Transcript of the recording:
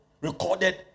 recorded